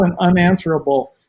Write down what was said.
unanswerable